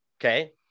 Okay